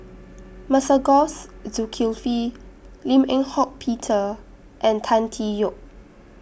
Masagos Zulkifli Lim Eng Hock Peter and Tan Tee Yoke